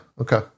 Okay